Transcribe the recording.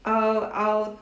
I'll I'll